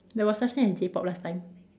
there was such thing as J-pop last time